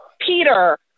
Peter